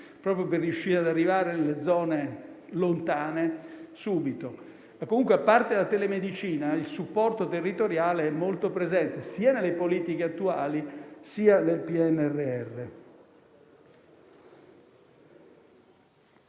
proprio per riuscire ad arrivare nelle zone lontane subito. Comunque, a parte la telemedicina, il supporto territoriale è molto presente sia nelle politiche attuali, sia nel PNRR.